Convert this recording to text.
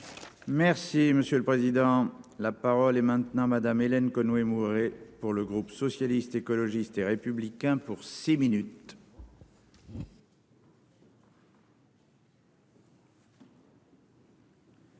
Merci monsieur le président, la parole est maintenant Madame Hélène Conway Mouret pour le groupe socialiste, écologiste et républicain pour 6 minutes.